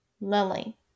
Lily